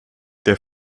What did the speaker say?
der